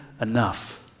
enough